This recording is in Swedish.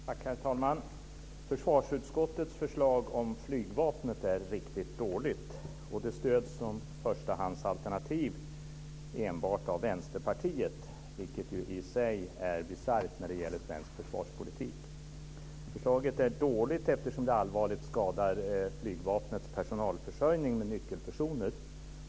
Herr talman! Försvarsutskottets förslag om flygvapnet är riktigt dåligt. Det stöds som förstahandsalternativ enbart av Vänsterpartiet, något som ju i sig är bisarrt när det gäller svensk försvarspolitik. Förslaget är dåligt eftersom det allvarligt skadar flygvapnets personalförsörjning vad gäller nyckelpersoner.